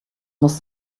muss